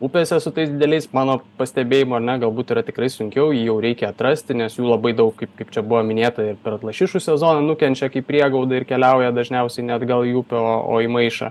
upėse su tais dideliais mano pastebėjimu ar ne galbūt yra tikrai sunkiau jį jau reikia atrasti nes jų labai daug kaip kaip čia buvo minėta ir per lašišų sezoną nukenčia kaip priegauda ir keliauja dažniausiai ne atgal į upę o o į maišą